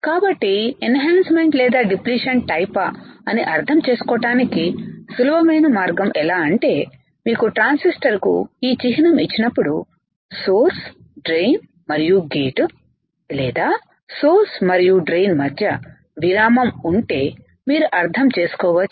కాబట్టి enhancement లేదా depletion టైపా అని అర్థం చేసుకోవడానికి సులభమైన మార్గం ఎలా అంటే మీకు ట్రాన్సిస్టర్కు ఈ చిహ్నం ఇచ్చినప్పుడు సోర్స్ డ్రెయిన్ మరియు గేట్లు లేదా సోర్స్ మరియు డ్రెయిన్ మధ్య విరామం ఉంటే మీరు అర్థం చేసుకోవచ్చు